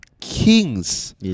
king's